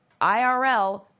IRL